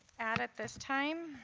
add at this time